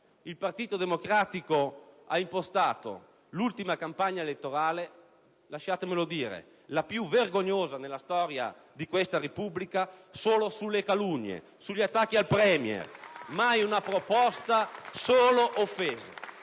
Il Partito Democratico ha impostato l'ultima campagna elettorale - lasciatemelo dire, la più vergognosa nella storia di questa Repubblica - solo sulle calunnie, sugli attacchi al Premier*,* senza mai avanzare una proposta, ma solo offese